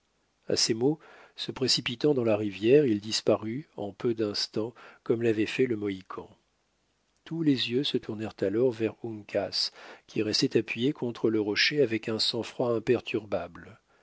à ces mots se précipitant dans la rivière il disparut en peu d'instants comme l'avait fait le mohican tous les yeux se tournèrent alors vers uncas qui restait appuyé contre le rocher avec un sang-froid imperturbable